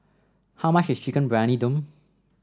how much is Chicken Briyani Dum